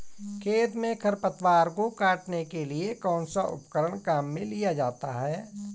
खेत में खरपतवार को काटने के लिए कौनसा उपकरण काम में लिया जाता है?